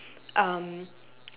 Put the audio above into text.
um